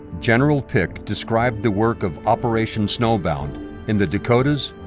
general pick described the work of operation snowbound in the dakotas,